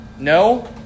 No